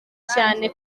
cyane